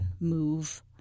move